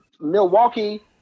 Milwaukee –